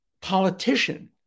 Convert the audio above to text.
politician